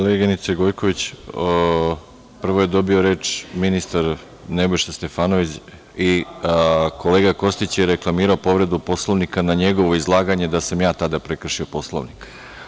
Koleginice Gojković, prvo je dobio reč ministar Nebojša Stefanović i kolega Kostić je reklamirao povredu Poslovnika na njegovo izlaganje da sam ja tada prekršio Poslovnik.